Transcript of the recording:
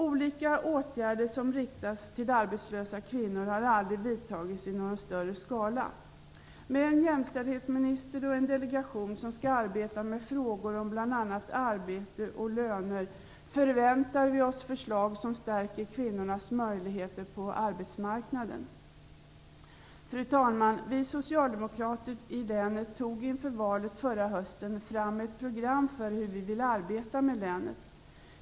Olika åtgärder som riktas till arbetslösa kvinnor har aldrig vidtagits i någon större skala. Med en jämställdhetsminister och en delegation som skall arbeta med frågor om bl.a. arbete och löner, förväntar vi oss förslag som stärker kvinnornas möjligheter på arbetsmarknaden. Fru talman! Vi socialdemokrater i länet tog inför valet förra hösten fram ett program för hur vi ville arbeta med länet.